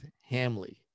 hamley